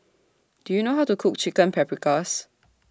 Do YOU know How to Cook Chicken Paprikas